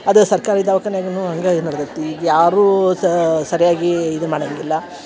ಅದು ಸರ್ಕಾರಿ ದವಖಾನಿಯಾಗನು ಹಂಗಯ್ ನಡ್ದೈತಿ ಈಗ ಯಾರೂ ಸರಿಯಾಗಿ ಇದು ಮಾಡಂಗಿಲ್ಲ